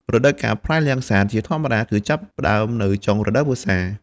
រដូវកាលផ្លែលាំងសាតជាធម្មតាគឺចាប់ផ្ដើមនៅចុងរដូវវស្សា។